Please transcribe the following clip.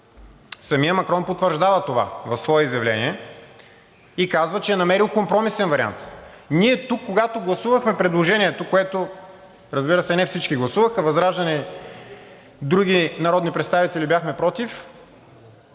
Самият Макрон потвърждава това в свое изявление и казва, че е намерил компромисен вариант. Ние тук, когато гласувахме предложението, което, разбира се, не всички гласуваха – ВЪЗРАЖДАНЕ и други народни представители бяхме против,